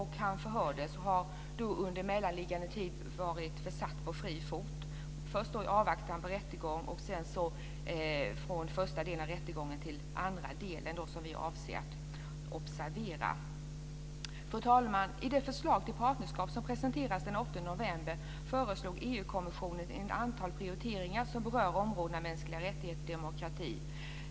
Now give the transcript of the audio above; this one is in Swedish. Han förhördes och har under mellanliggande tid varit försatt på fri fot, först i avvaktan på rättegång och sedan från första delen av rättegången till andra delen, som vi avser att observera. Fru talman! I det förslag till partnerskap som presenterades den 8 november föreslog EU kommissionen ett antal prioriteringar som berör områdena mänskliga rättigheter och demokrati.